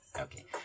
Okay